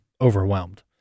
overwhelmed